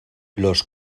los